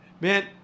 man